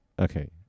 Okay